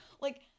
Like-